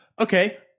Okay